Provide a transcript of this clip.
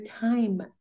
time